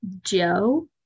Joe